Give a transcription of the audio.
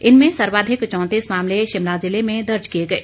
इनमें सर्वाधिक अ मामले शिमला जिले में दर्ज किए गए